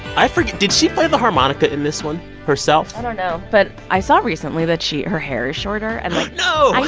i forget did she play the harmonica in this one herself? i don't know. but i saw recently that her hair is shorter. and like. no i